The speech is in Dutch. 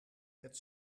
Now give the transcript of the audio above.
het